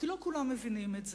כי לא כולם מבינים את זה.